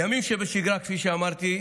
בימים שבשגרה, כפי שאמרתי,